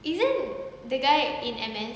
isn't the guy in M_S